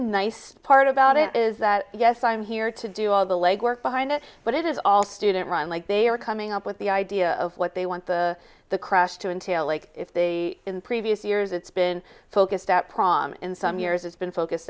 nice part about it is that yes i'm here to do all the legwork behind it but it is all student run like they are coming up with the idea of what they want the the crash to entail like if they in previous years it's been focused at prom in some years it's been focused